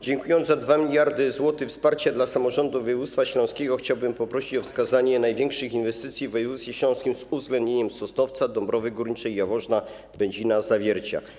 Dziękując za 2 mld zł wsparcia dla samorządu województwa śląskiego, chciałbym poprosić o wskazanie największych inwestycji w województwie śląskim, z uwzględnieniem Sosnowca, Dąbrowy Górniczej, Jaworzna, Będzina, Zawiercia.